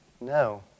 No